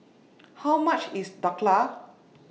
How much IS Dhokla